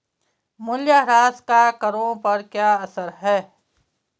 मूल्यह्रास का करों पर क्या असर है?